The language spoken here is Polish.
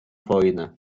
wojnę